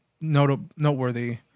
noteworthy